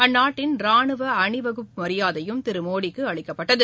அந்நாட்டின் ராணுவஅணிவகுப்பு மரியாதைதிருமோடிக்குஅளிக்கப்பட்டது